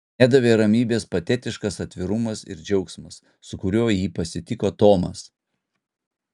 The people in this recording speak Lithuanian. nedavė ramybės patetiškas atvirumas ir džiaugsmas su kuriuo jį pasitiko tomas